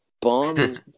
bomb